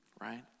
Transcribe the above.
right